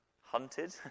hunted